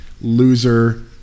loser